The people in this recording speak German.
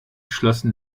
schlossen